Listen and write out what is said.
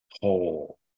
whole